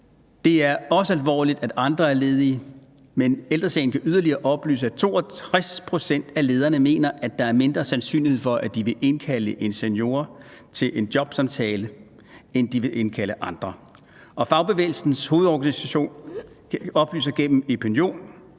Det er også alvorligt, at andre er ledige, men Ældre Sagen kan yderligere oplyse, at 62 pct. af lederne mener, at der er mindre sandsynlighed for, at de vil indkalde en senior til en jobsamtale, end de vil indkalde andre. Og Fagbevægelsens Hovedorganisation oplyser igennem Epinion,